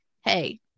hey